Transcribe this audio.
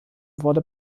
wurde